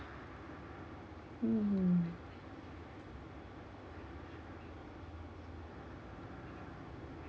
mm